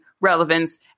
relevance